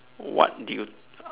what did you